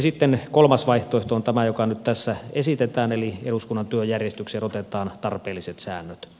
sitten kolmas vaihtoehto on tämä joka nyt tässä esitetään eli eduskunnan työjärjestykseen otetaan tarpeelliset säännöt